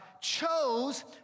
chose